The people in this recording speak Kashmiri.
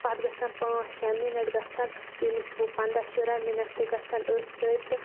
پَتہٕ گَژھَن پانٛژھ شےٚ مِنَٹ گَژھَن ییٚلہِ اَسہِ پَنٛداہ شُراہ مِنَٹ تہِ گَژھَن أتھۍ سۭتۍ